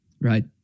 Right